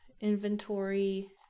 inventory